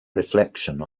reflection